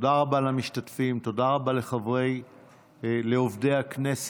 תודה רבה למשתתפים, תודה רבה לעובדי הכנסת.